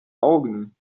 augen